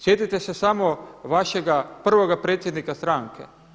Sjetite se samo vašega prvoga predsjednika stranke.